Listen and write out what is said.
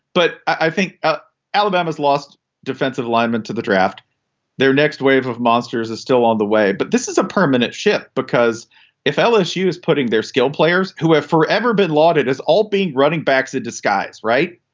but i think alabama's lost defensive linemen to the draft their next wave of monsters is still on the way. but this is a permanent shift because if lsu is putting their skilled players who have forever been lauded as all been running backs in disguise right.